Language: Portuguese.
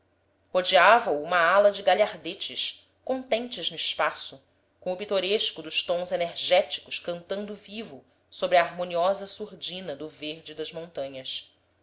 rodeava o uma ala de galhardetes contentes no espaço com o pitoresco dos tons enérgicos cantando vivo sobre a harmoniosa surdina do verde das montanhas